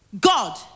God